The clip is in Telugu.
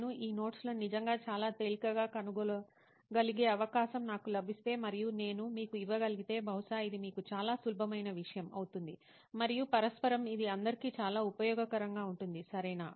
నేను ఈ నోట్స్ లను నిజంగా చాలా తేలికగా కనుగొనగలిగే అవకాశం నాకు లభిస్తే మరియు నేను మీకు ఇవ్వగలిగితే బహుశా ఇది మీకు చాలా సులభమైన విషయం అవుతుంది మరియు పరస్పరం ఇది అందరికీ చాలా ఉపయోగకరంగా ఉంటుంది సరేనా